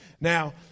Now